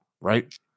right